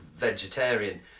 vegetarian